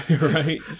Right